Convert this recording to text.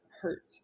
hurt